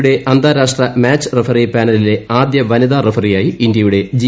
യുടെ അന്താരാഷ്ട്ര match referee പാനലിലെ ആദ്യവനിതറഫറിയായി ഇന്ത്യയുടെ ജി